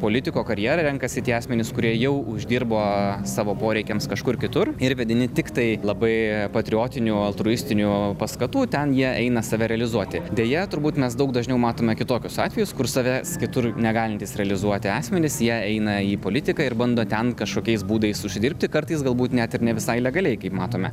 politiko karjerą renkasi tie asmenys kurie jau uždirbo savo poreikiams kažkur kitur ir vedini tiktai labai patriotinių altruistinių paskatų ten jie eina save realizuoti deja turbūt mes daug dažniau matome kitokius atvejus kur savęs kitur negalintys realizuoti asmenys jie eina į politiką ir bando ten kažkokiais būdais užsidirbti kartais galbūt net ir ne visai legaliai kaip matome